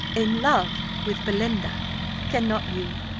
in love with belinda cannot you,